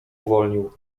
uwolnił